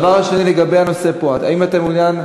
דבר שני, לגבי הנושא פה: האם אתה מעוניין,